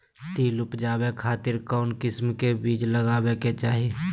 तिल उबजाबे खातिर कौन किस्म के बीज लगावे के चाही?